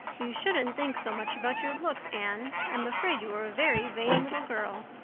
you shouldn't think so much about your looks, anne. i'm afraid you are a very vain little girl.